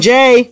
Jay